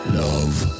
love